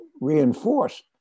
reinforced